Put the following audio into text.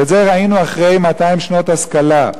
ואת זה ראינו אחרי 200 שנות השכלה.